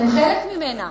אתם חלק ממנה